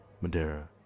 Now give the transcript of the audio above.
Madeira